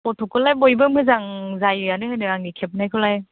फट'खौलाय बयबो मोजां जायोआनो होनो आंनि खेबनायखौलाय